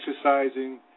exercising